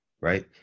right